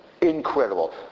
incredible